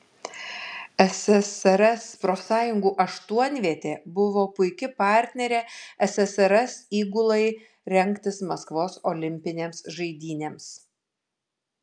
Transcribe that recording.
ssrs profsąjungų aštuonvietė buvo puiki partnerė ssrs įgulai rengtis maskvos olimpinėms žaidynėms